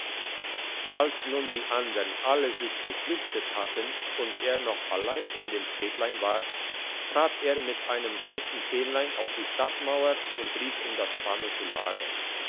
als nun die andern alle sich geflüchtet hatten und er noch allein in dem städtlein war trat er mit einem weissen fähnlein auf die stadtmauer und rief in das spanische lager